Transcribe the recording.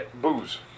booze